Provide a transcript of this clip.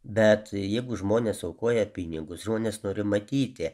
bet jeigu žmonės aukoja pinigus žmonės nori matyti